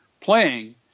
playing